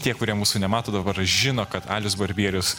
tie kurie mūsų nemato dabar žino kad alius balbierius